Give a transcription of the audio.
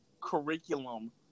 curriculum